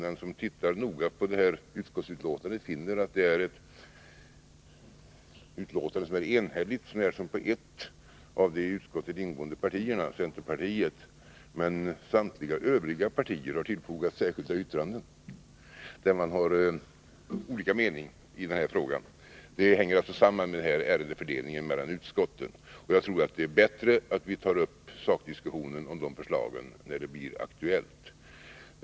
Den som tittar noga på utskottsbetänkandet finner att det är enhälligt så när som på ett av de i utskottet ingående partierna — centerpartiet. Men samtliga övriga partier har tillfogat särskilda yttranden, där man redovisar olika meningar i denna fråga. Det hänger samman med ärendefördelningen mellan utskotten, och jag tror att det är bättre att vi tar upp sakdiskussionen om de förslagen när det blir aktuellt.